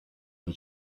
the